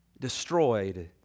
destroyed